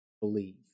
believe